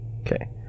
Okay